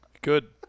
Good